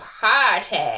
party